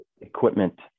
equipment